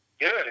Good